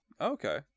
Okay